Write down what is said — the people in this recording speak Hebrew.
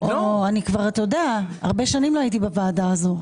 כבר הרבה שנים לא הייתי בוועדה הזאת.